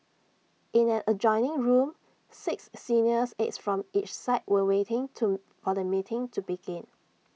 in an adjoining room six senior aides from each side were waiting to for the meeting to begin